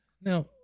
now